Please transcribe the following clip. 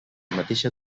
mateixa